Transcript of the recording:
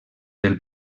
del